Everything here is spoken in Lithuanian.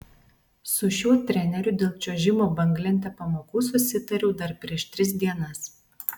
su šiuo treneriu dėl čiuožimo banglente pamokų susitariau dar prieš tris dienas